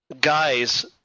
guys